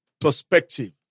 perspective